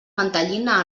mantellina